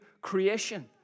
creation